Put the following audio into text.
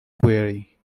quarry